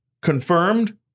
Confirmed